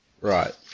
Right